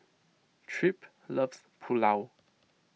Tripp loves Pulao